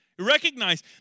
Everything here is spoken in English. recognize